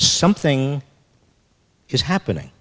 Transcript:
something is happening